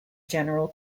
general